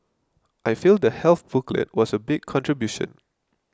I feel the health booklet was a big contribution